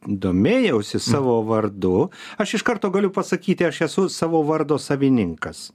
domėjausi savo vardu aš iš karto galiu pasakyti aš esu savo vardo savininkas